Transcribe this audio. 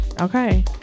okay